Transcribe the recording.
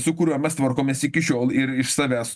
su kuriuo mes tvarkomės iki šiol ir iš savęs